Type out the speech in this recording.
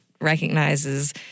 recognizes